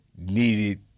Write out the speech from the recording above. Needed